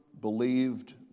believed